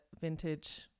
vintage